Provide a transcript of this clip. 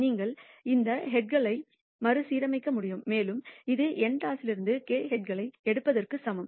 நீங்கள் இந்த ஹெட்களை மறுசீரமைக்க முடியும் மேலும் இது n டாஸிலிருந்து k ஹெட்களை எடுப்பதற்கு சமம்